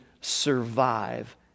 survive